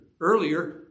earlier